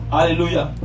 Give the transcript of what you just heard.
Hallelujah